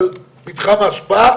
תיקון חקיקה איזה?